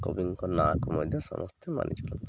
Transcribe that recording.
କବିଙ୍କ ନାଁକୁ ମଧ୍ୟ ସମସ୍ତେ ମାନି ଚାଲନ୍ତି